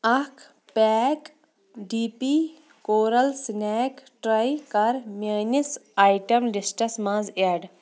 اکھ pack D P coral snack tray کَر میٲنِس آیٹم لسٹَس منٛز ایٚڈ